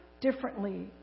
differently